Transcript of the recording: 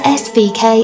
svk